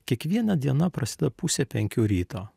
kiekviena diena prasideda pusę penkių ryto